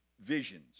visions